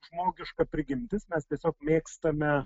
žmogiška prigimtis mes tiesiog mėgstame